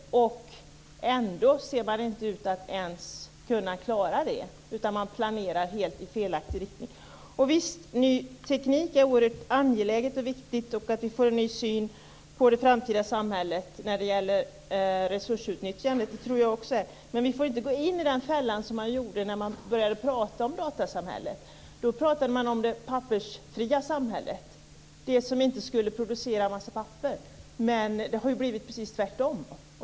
Ändå ser man inte ut att ens kunna klara det, utan man planerar i helt felaktig riktning. Visst, ny teknik är oerhört angeläget och viktigt. Det är viktigt att vi får en ny syn på det framtida samhället när det gäller resursutnyttjandet, det tror jag också. Men vi får inte gå i den fällan man gjorde när man började prata om datasamhället. Då pratade man om det pappersfria samhället, det som inte skulle producera en massa papper. Men det har blivit precis tvärtom.